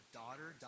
daughter